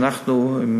שאנחנו,